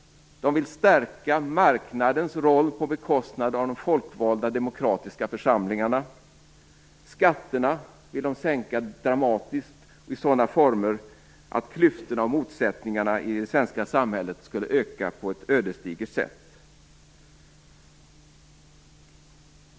De vill stärka marknadens roll på bekostnad av de folkvalda demokratiska församlingarna. Skatterna skall sänkas dramatiskt och i sådana former att klyftorna och motsättningarna i det svenska samhället skulle öka på ett ödesdigert sätt.